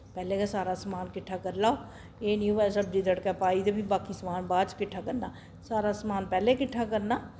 पैह्लें गै सारा समान किट्ठा करी लैओ एह् नि होऐ सब्जी तड़कै पाई ते फ्ही बाकी समान बाद च किट्ठा करना सारा समान पैह्लें किट्ठा करना